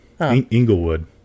inglewood